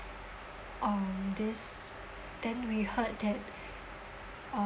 um this then we heard that uh